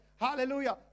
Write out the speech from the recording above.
Hallelujah